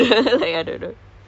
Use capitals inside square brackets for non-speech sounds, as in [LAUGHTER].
[LAUGHS]